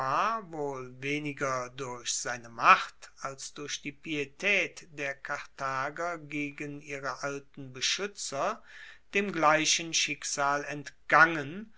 weniger durch seine macht als durch die pietaet der karthager gegen ihre alten beschuetzer dem gleichen schicksal entgangen